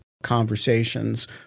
conversations